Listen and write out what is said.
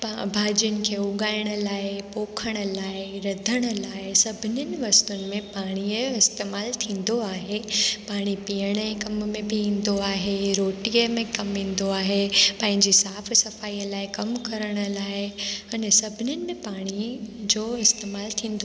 भाॼियुनि खे उघाइण लाइ पोखण लाइ रधण लाए सभिनीनि वस्तुअनि में पाणीअ जो इस्तेमाल थींदो आहे पाणी पीअण जे कम में बि ईंदो आहे रोटीअ में कमु ईंदो आहे पहिंजे साफ़ सफाईअ लाइ कमु करण लाइ अने सभिनीनि में पाणी जो इस्तेमाल थींदो